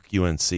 UNC